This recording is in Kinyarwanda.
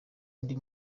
undi